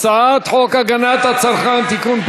הצעת חוק הגנת הצרכן (תיקון,